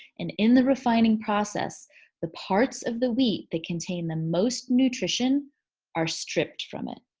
and in the refining process the parts of the wheat that contain the most nutrition are stripped from it.